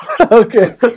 Okay